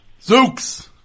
Zooks